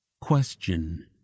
question